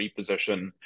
reposition